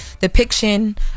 depiction